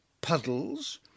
puddles